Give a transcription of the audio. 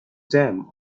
dam